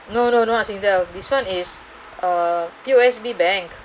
no no not Singtel though this one is uh P_O_S_B bank